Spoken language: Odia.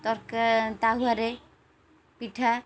ତାୱାରେ ପିଠା